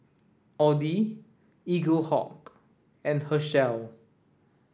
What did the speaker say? Audi Eaglehawk and Herschel